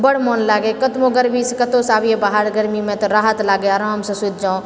बड़ मोन लागए कतबो गर्मीसे कतहुँ बाहरसँ अबिऐ गरमीमे तऽ राहत लागए आरामसँ सुति जाओ